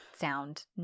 sound